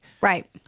Right